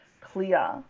clear